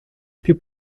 più